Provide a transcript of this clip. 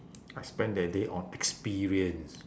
I spend that day on experience